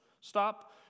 stop